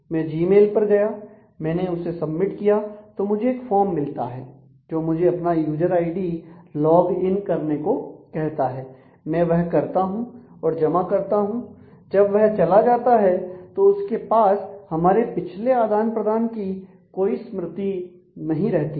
मैं जीमेल पर गया मैंने उसे सबमिट किया तो मुझे एक फॉर्म मिलता है जो मुझे अपना यूजर आईडी लॉग इन करने को कहता है मैं वह करता हूं और जमा करता हूं जब वह चला जाता है तो उसके पास हमारे पिछले आदान प्रदान की कोई स्मृति नहीं रहती है